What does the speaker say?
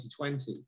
2020